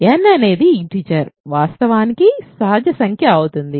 n అనేది integer వాస్తవానికి సహజ సంఖ్య అవుతుంది